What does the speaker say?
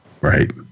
Right